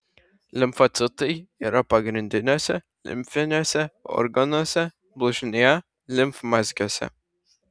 limfocitai yra pagrindiniuose limfiniuose organuose blužnyje limfmazgiuose